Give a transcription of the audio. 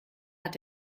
hat